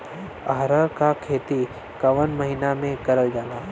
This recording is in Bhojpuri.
अरहर क खेती कवन महिना मे करल जाला?